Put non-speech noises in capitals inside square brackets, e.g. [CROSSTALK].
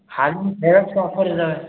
[UNINTELLIGIBLE] offer ಇದಾವೆ